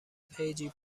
پیجی